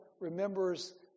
remembers